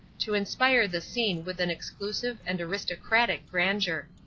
to inspire the scene with an exclusive and aristocratic grandeur.